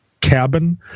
cabin